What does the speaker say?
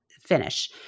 finish